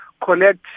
collect